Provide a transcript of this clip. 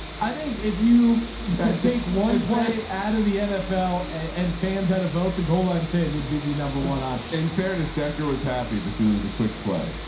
i think if you take one, play out of the nfl and fans had a vote. the goal line fade would be the number one option. fairness. decker was happy because it was a quick play,